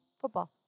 football